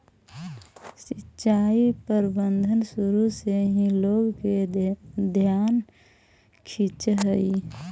सिंचाई प्रबंधन शुरू से ही लोग के ध्यान खींचऽ हइ